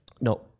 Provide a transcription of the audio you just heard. No